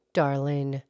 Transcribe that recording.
darling